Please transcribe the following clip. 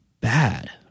bad